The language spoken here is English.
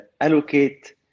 allocate